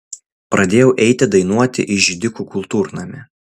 pradėjau eiti dainuoti į židikų kultūrnamį